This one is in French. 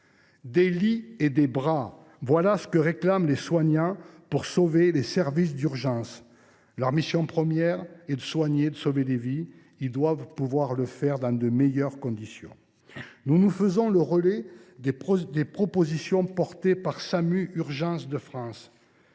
Des lits et des bras !», voilà ce que réclament les soignants pour sauver les services d’urgences. Leur mission première est de soigner, de sauver des vies, et ils doivent pouvoir le faire dans de meilleures conditions. Nous nous faisons le relais des propositions formulées par Samu Urgences de France.